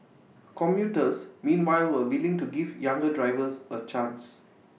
commuters meanwhile were willing to give younger drivers A chance